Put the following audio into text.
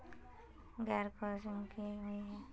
गैर बैंकिंग की हुई है?